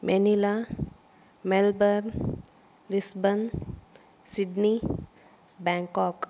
Manila Melbourne Lisbon Sydney Bangkok